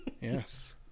yes